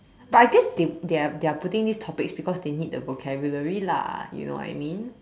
but I guess they they are putting these topics because they need the vocabulary lah you know what I mean